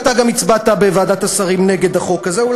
אתה גם הצבעת בוועדת השרים נגד החוק הזה.